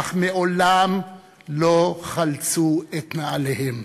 אך מעולם לא חלצו את נעליהם.